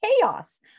chaos